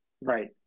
right